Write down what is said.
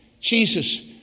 Jesus